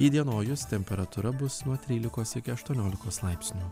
įdienojus temperatūra bus nuo trylikos iki aštuoniolikos laipsnių